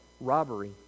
robbery